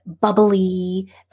bubbly